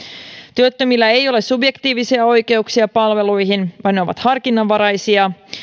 työttömillä ei ole subjektiivisia oikeuksia palveluihin vaan ne ovat harkinnanvaraisia